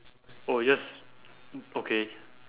oh yes okay